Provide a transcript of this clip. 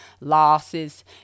losses